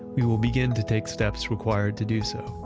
we will begin to take steps required to do so.